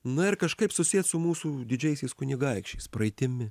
na ir kažkaip susiet su mūsų didžiaisiais kunigaikščiais praeitimi